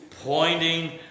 pointing